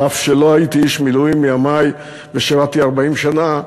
על אף שלא הייתי איש מילואים מימי ושירתי 40 שנה: